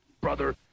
brother